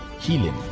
healing